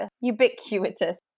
ubiquitous